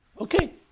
Okay